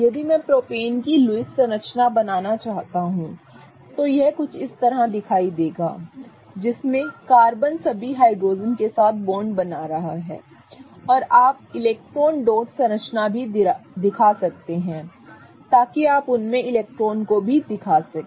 यदि मैं प्रोपेन की लुईस संरचना बनाना चाहता हूं तो यह कुछ इस तरह दिखाई देगा जिसमें कार्बन सभी हाइड्रोजेन के साथ बॉन्ड बना रहा है ठीक है और आप इलेक्ट्रॉन डॉट संरचना भी दिखा सकते हैं ताकि आप उनमें इलेक्ट्रॉनों को भी दिखा सकें